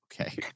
Okay